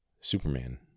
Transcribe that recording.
Superman